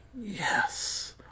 Yes